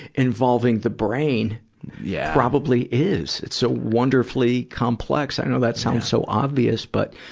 involving the brain yeah probably is. it's so wonderfully complex. i know that sounds so obvious, but,